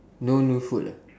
no new food ah